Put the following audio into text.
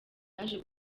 yaje